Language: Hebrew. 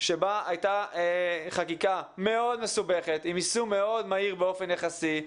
בה הייתה חקיקה מאוד מסובכת עם יישום מאוד מהיר באופן יחסי,